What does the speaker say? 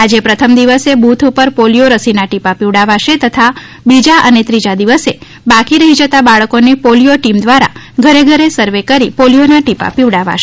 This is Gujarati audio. આજે પ્રશમ દિવસે બુથ ઉપરપોલિયો રસીના ટીપા પીવડાવાશે તથા બીજા અને ત્રીજા દિવસે બાકી રહી જતા બાળકોને પોલિથો ટીમ દ્વારા ઘરે ઘરે સર્વે કરી પોલિયોના ટીપા પીવડાવાશે